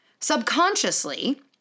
subconsciously